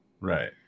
Right